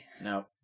No